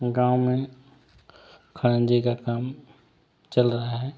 गाँव में खरंजे का काम चल रहा है